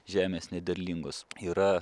žemės nederlingos yra